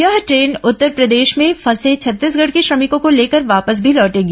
यह ट्रेन उत्तरप्रदेश में फंसे छत्तीसगढ़ के श्रमिकों को लेकर वापस भी लौटेगी